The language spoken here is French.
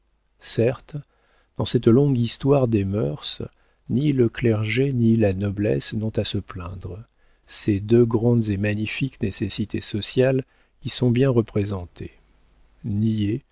certes dans cette longue histoire des mœurs ni le clergé ni la noblesse n'ont à se plaindre ces deux grandes et magnifiques nécessités sociales y sont bien représentées